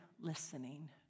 listening